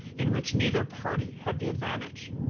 in which neither party had the advantage.